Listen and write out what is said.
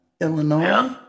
Illinois